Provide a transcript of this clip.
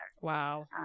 Wow